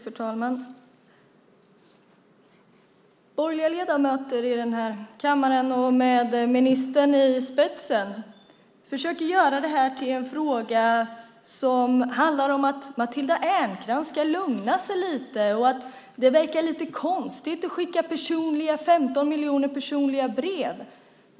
Fru talman! Borgerliga ledamöter här i kammaren med ministern i spetsen försöker göra det här till en fråga som handlar om att Matilda Ernkrans ska lugna sig lite och att det verkar lite konstigt att skicka 15 miljoner personliga brev.